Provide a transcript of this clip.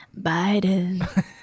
Biden